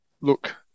look